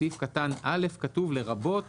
בסעיף קטן (א) כתוב 'לרבות